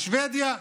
לשבדיה?